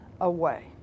away